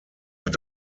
hat